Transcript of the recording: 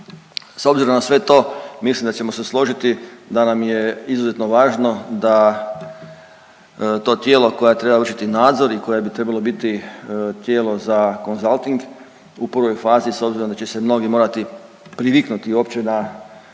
S obzirom na sve to mislim da ćemo se složiti da nam je izuzetno važno da to tijelo koje treba vršiti nadzor i koje bi trebalo biti tijelo za konzalting, u prvoj fazi s obzirom da će se mnogi morati priviknuti uopće na